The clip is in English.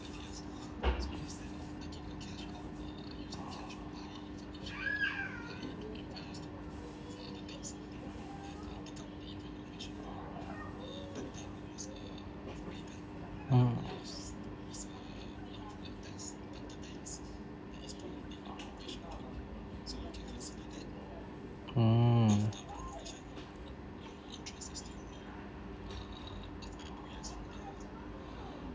mm mm